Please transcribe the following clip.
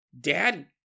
Dad